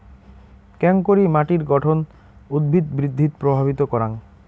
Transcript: কেঙকরি মাটির গঠন উদ্ভিদ বৃদ্ধিত প্রভাবিত করাং?